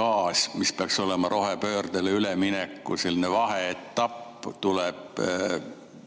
gaas, mis peaks olema selline rohepöördele ülemineku vaheetapp, tuleb